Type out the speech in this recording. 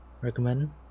Recommend